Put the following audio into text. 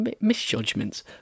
misjudgments